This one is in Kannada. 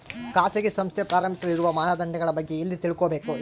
ಖಾಸಗಿ ಸಂಸ್ಥೆ ಪ್ರಾರಂಭಿಸಲು ಇರುವ ಮಾನದಂಡಗಳ ಬಗ್ಗೆ ಎಲ್ಲಿ ತಿಳ್ಕೊಬೇಕು?